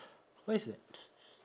what is that